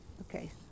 Okay